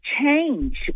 change